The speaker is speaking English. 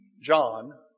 John